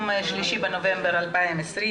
היום ה-3 לנובמבר 2020,